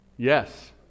yes